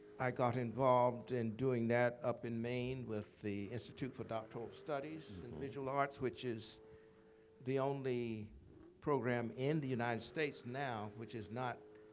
i got involved in doing that up in maine with the institute for doctoral studies in visual arts, which is the only program in the united states, now, which is not